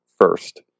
first